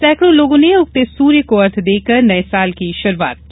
सैकड़ों लोगों ने उगते सूर्य को अर्ध्य देकर नए साल की शुरुआत की